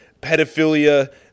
pedophilia